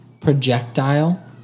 projectile